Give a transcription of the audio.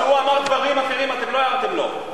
כשהוא אמר דברים אחרים אתם לא הערתם לו.